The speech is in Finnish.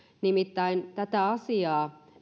nimittäin tätä asiaa